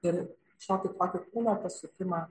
ir šiokį tokį kūno pasukimą